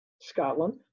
Scotland